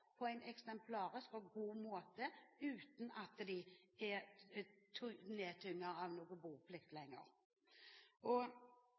på en eksemplarisk måte, uten at de lenger er nedtynget av boplikt. Når det gjelder nærhet til menigheten, var representanten Eriksen inne på det og